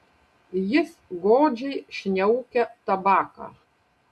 jis godžiai šniaukia tabaką